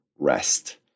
rest